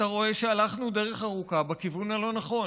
אתה רואה שהלכנו דרך ארוכה בכיוון הלא-נכון.